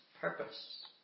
purpose